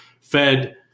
fed